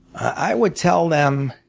i would tell them